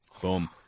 Boom